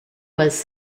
was